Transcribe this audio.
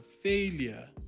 failure